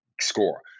score